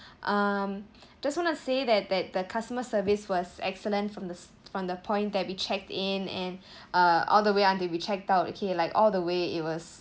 um just want to say that that the customer service was excellent from the from the point that we checked in and uh all the way until we checked out okay like all the way it was